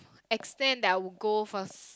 extent that will I go for